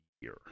year